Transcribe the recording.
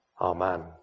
Amen